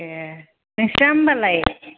ए नोंसिना होमबालाय